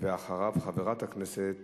אחריו, חברת הכנסת